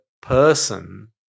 person